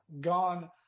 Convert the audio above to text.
gone